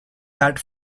that